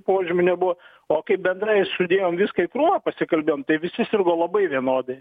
požymių nebuvo o kai bendrai sudėjom viską į krūvą pasikalbėjom tai visi sirgo labai vienodai